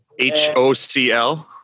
HOCL